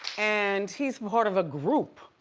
and he's part of a group.